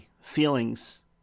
feelings